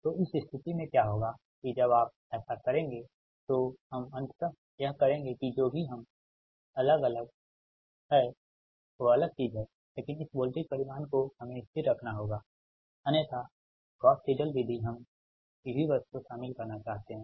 तो इस स्थिति में क्या होगा कि जब आप ऐसा करेंगे तो हम अंततः यह करेंगे कि जो भी हम अलग अलग हैं वह अलग चीज है लेकिन इस वोल्टेज परिमाण को हमे स्थिर रखना होगा अन्यथा गॉस सिडल विधि हम PV बस को शामिल करना चाहते हैं